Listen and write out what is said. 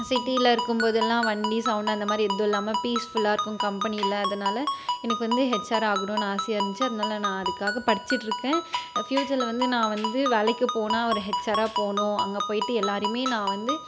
சிட்டியில் இருக்கும்போதெல்லாம் வண்டி சவுண்ட் அந்த மாதிரி எதுவும் இல்லாமல் பீஸ்ஃபுல்லாக இருக்கும் கம்பெனியில் அதனால் எனக்கு வந்து ஹெச்ஆர் ஆகணும்னு ஆசையாக இருந்துச்சு அதுனால் நான் அதுக்காக படிச்சுட்ருக்கேன் ஃப்யூச்சரில் வந்து நான் வந்து வேலைக்கு போனால் ஒரு ஹெச்ஆராக போகணும் அங்கே போய்ட்டு எல்லோரையுமே நான் வந்து